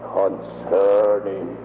concerning